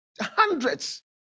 hundreds